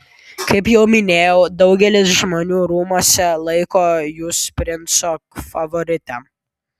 kaip jau minėjau daugelis žmonių rūmuose laiko jus princo favorite